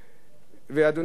ואדוני היושב-ראש,